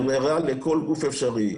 היא ערערה לכל גוף אפשרי,